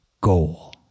goal